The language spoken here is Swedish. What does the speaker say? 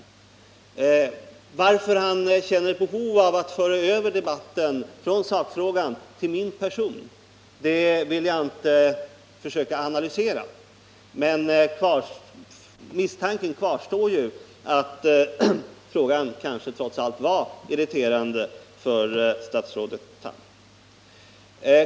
Jag vill inte försöka analysera varför han känner ett behov av att föra över debatten från sakfrågan till min person, men misstanken kvarstår att frågan kanske trots allt var irriterande för statsrådet Tham.